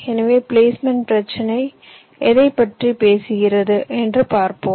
எனவே பிளேஸ்மென்ட் பிரச்சினை எதை பற்றி பேசுகிறது பார்க்கலாம்